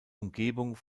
umgebung